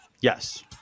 Yes